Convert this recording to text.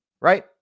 right